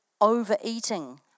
overeating